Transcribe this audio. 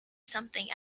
something